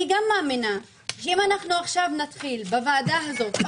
אני גם מאמינה שאם נתחיל בוועדה הזו או